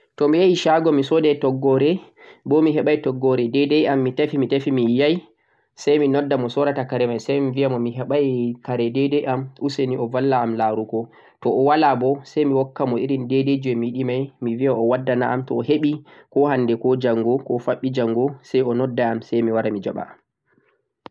to mi yahi shagomi sooday toggore, no mi heɓay toggore daday am, mi tefi mi tefi mi yiyay, say mi nodda mo soorata kare may say mi biya mo mi heɓay kare day day am, useni o balla am laaru go, to o walaa bo, say hokka mo irin day day jee mi yiɗi may, mi biya o wadda na am, to o heɓi ko hannde, ko njanngo, ko faɓɓi njanngo say o nodda am say mi wara mi jaɓa.